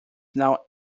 now